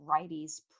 righties